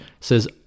says